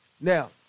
Now